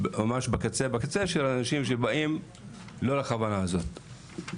ממש בקצה של אנשי שבאים לא לכוונה הזאת.